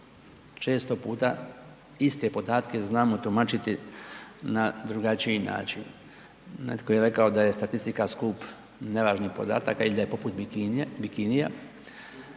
često puta iste podatke znamo tumačiti na drugačiji način. Netko je rekao da je statistika skup nevažnih podataka ili da je poput bikinija,